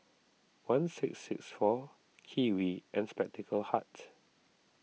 one six six four Kiwi and Spectacle Hut